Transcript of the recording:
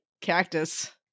cactus